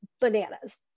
bananas